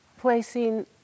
placing